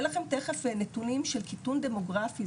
לכם תיכף נתונים של קיטון דמוגרפי,